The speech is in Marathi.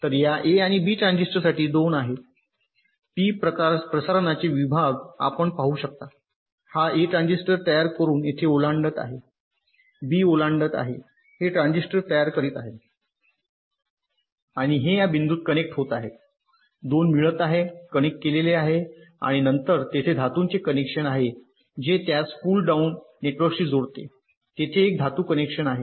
तर या ए आणि बी ट्रान्झिस्टरसाठी २ आहेत पी प्रसारणाचे विभाग आपण पाहू शकता हा ए ट्रान्झिस्टर तयार करून येथे ओलांडत आहे बी ओलांडत आहे हे ट्रांझिस्टर तयार करीत आहे आणि हे या बिंदूत कनेक्ट होत आहेत 2 मिळत आहेत कनेक्ट केलेले आहे आणि नंतर तेथे धातूचे कनेक्शन आहे जे त्यास पुल डाउन नेटवर्कशी जोडते तेथे एक धातू कनेक्शन आहे